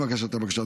עם הגשת הבקשה,